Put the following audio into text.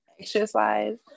Exercise